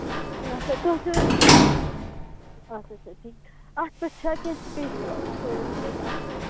آچھا تۄہہِ چھُو حظ آچھا آچھا اَتھ پٮ۪ٹھ چھا کیٚنہہ سِپیشَل آفٲرٕس اَسہِ